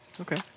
Okay